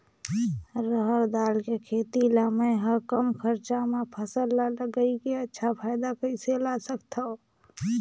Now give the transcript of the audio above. रहर दाल के खेती ला मै ह कम खरचा मा फसल ला लगई के अच्छा फायदा कइसे ला सकथव?